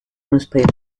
newspaper